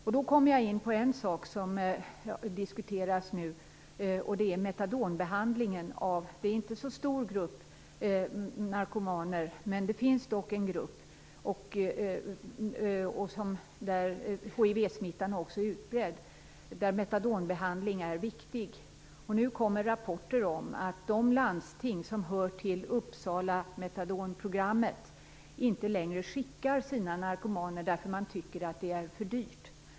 Detta för mig in på en sak som diskuteras nu - metadonbehandlingen. Det gäller en grupp narkomaner - inte så stor men dock en grupp - där hivsmittan är utbredd och där metadonbehandling är viktig. Nu kommer rapporter om att de landsting som hör till Uppsalas metadonprogram inte längre skickar sina narkomaner därför att man tycker att det blir för dyrt.